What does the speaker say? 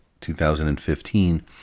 2015